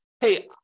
hey